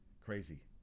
crazy